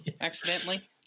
accidentally